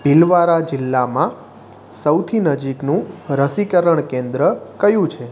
ભીલવારા જિલ્લામાં સૌથી નજીકનું રસીકરણ કેન્દ્ર ક્યુ છે